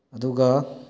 ꯑꯗꯨꯒ